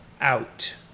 Out